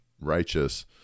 righteous